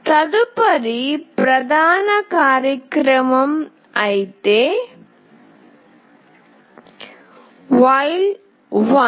తదుపరిది ప్రధాన కార్యక్రమం అయితే while